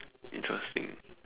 interesting